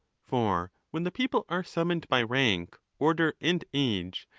for when the people are summoned by rank, order, and age,